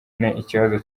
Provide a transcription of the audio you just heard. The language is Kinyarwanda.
ikibazo